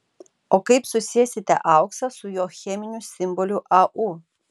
o kaip susiesite auksą su jo cheminiu simboliu au